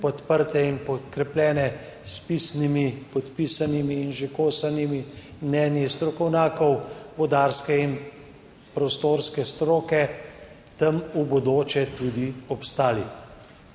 podprte in podkrepljene s pisnimi, podpisanimi in žigosanimi mnenji strokovnjakov vodarske in prostorske stroke, tam v bodoče tudi obstali.